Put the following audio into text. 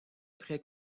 très